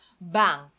bang